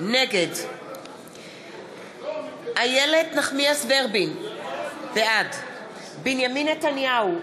נגד איילת נחמיאס ורבין, בעד בנימין נתניהו,